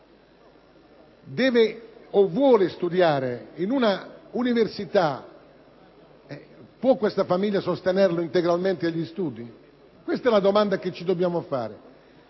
deve o vuole studiare in una universita, puoquesta famiglia sostenerlo integralmente negli studi? E[ ]questa la domanda che ci dobbiamo porre.